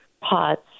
pots